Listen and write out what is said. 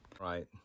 right